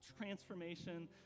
transformation